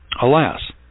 Alas